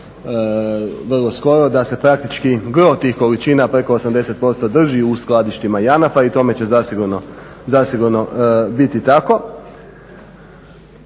vrlo skoro, da se praktički gro tih količina preko 80% drži u skladištima JANAF-a i tome će zasigurno biti tako.